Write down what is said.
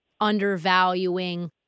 undervaluing